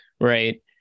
right